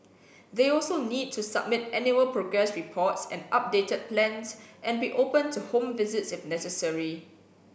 they also need to submit annual progress reports and updated plans and be open to home visits if necessary